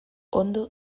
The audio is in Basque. ondo